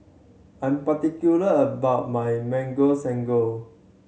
I'm particular about my Mango Sago